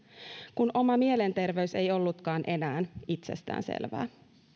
kun oma mielenterveys ei ollutkaan enää itsestäänselvää